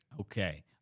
Okay